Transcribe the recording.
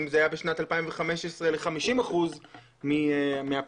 ב-2015 זה היה 50% מהפסולת,